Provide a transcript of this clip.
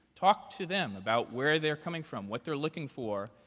talk to them about where they're coming from, what they're looking for,